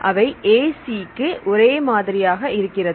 அவை AC க்கு ஒரே மாதிரியாக இருக்கிறது